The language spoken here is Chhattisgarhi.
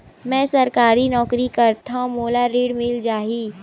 मै सरकारी नौकरी करथव मोला ऋण मिल जाही?